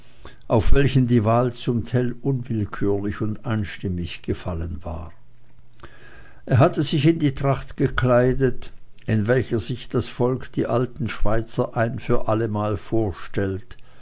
auf welchen die wahl zum tell unwillkürlich und einstimmig gefallen war er hatte sich in die tracht gekleidet in welcher sich das volk die alten schweizer ein für allemal vorstellt